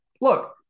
look